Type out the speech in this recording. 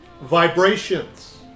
vibrations